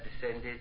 descended